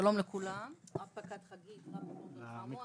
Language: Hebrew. שלום לכולם, רב פקד חגית רפפורט בן חמו.